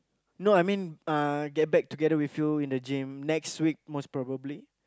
no I mean uh get back together with you in the gym next week most probably